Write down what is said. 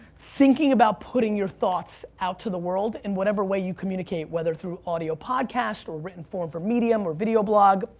thinking about putting your thoughts out into the world in whatever way you communicate, whether through audio podcasts or written form for medium, or video blog,